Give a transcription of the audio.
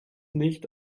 nicht